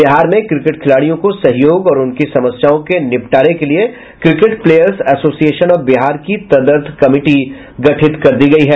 बिहार में क्रिकेट खिलाड़ियों को सहयोग और उनकी समस्याओं के निपटारे के लिये cricket players association of Bihar की तदर्थ कमिटी गठन कर दिया गया है